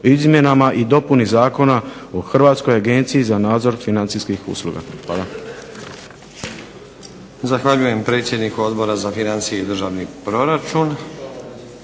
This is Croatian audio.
izmjenama i dopuni Zakona o Hrvatskoj agenciji za nadzor financijskih usluga.